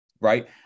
right